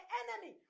enemy